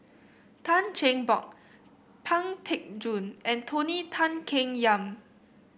Tan Cheng Bock Pang Teck Joon and Tony Tan Keng Yam